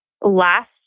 last